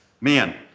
man